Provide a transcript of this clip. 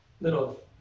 little